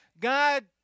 God